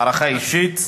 הערכה אישית,